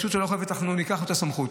אנחנו ניקח לה את הסמכות.